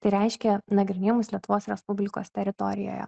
tai reiškia nagrinėjimus lietuvos respublikos teritorijoje